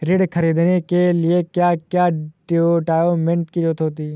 ऋण ख़रीदने के लिए क्या क्या डॉक्यूमेंट की ज़रुरत होती है?